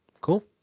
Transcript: Cool